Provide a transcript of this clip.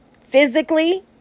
physically